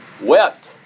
wept